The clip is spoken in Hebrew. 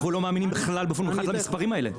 אנחנו לא מאמינים בכלל למספרים האלה.